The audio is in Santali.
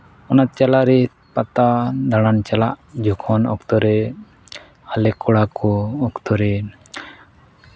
ᱚᱱᱟ ᱪᱟᱞᱟᱣᱨᱮ ᱯᱟᱛᱟ ᱫᱟᱬᱟᱱ ᱪᱟᱞᱟᱜ ᱡᱚᱠᱷᱚᱱ ᱚᱠᱛᱚ ᱨᱮ ᱟᱞᱮ ᱠᱚᱲᱟ ᱠᱚ ᱚᱠᱛᱚ ᱨᱮ